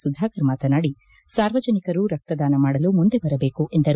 ಸುಧಾಕರ್ ಮಾತನಾದಿ ಸಾರ್ವಜನಿಕರು ರಕ್ತದಾನ ಮಾಡಲು ಮುಂದೆ ಬರಬೇಕು ಎಂದರು